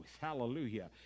Hallelujah